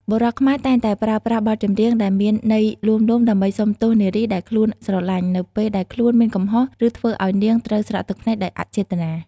បុរសខ្មែរតែងតែប្រើប្រាស់បទចម្រៀងដែលមានន័យលួងលោម ដើម្បីសុំទោសនារីដែលខ្លួនស្រឡាញ់ នៅពេលដែលខ្លួនមានកំហុស ឬធ្វើឱ្យនាងត្រូវស្រក់ទឹកភ្នែកដោយអចេតនា។